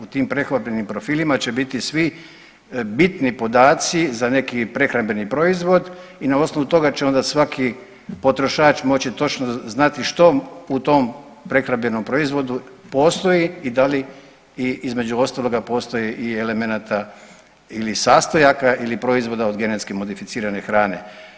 U tim prehrambenim profilima će biti svi bitni podaci za neki prehrambeni proizvod i na osnovu toga će onda svaki potrošač moći točno znati što u tom prehrambenom proizvodu postoji i da li između ostaloga postoji i elemenata ili sastojaka ili proizvoda od genetski modificirane hrane.